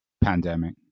pandemic